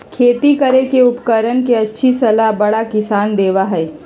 खेती करे के उपकरण के अच्छी सलाह बड़ा किसान देबा हई